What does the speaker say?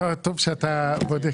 טוב שאתה בודק.